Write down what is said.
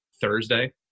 Thursday